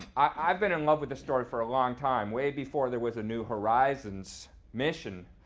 i've been in love with the story for a long time. way before there was a new horizons mission,